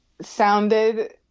sounded